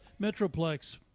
Metroplex